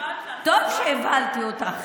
טוב שהבהלתי אותך.